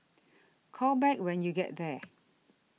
call back when you get there